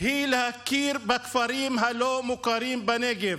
היא להכיר בכפרים הלא-מוכרים בנגב.